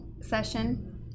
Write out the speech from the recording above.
session